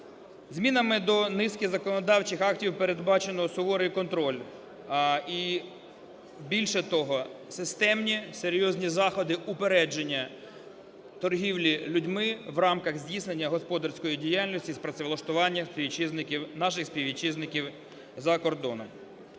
Змінами до низки законодавчих актів передбачено суворий контроль і, більше того, системні серйозні заходи упередження торгівлі людьми в рамках здійснення господарської діяльності з працевлаштування співвітчизників, наших співвітчизників за кордоном.